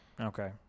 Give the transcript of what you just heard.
Okay